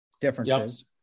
Differences